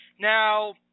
now